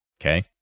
Okay